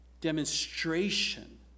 demonstration